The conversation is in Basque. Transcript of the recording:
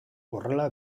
horrela